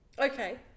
Okay